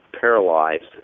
paralyzed